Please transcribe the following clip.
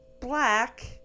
black